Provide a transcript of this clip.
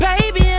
baby